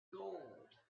gold